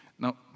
Now